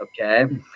okay